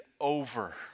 over